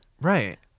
Right